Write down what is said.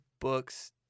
books